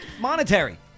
Monetary